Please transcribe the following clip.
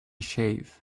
shave